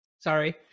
Sorry